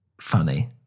funny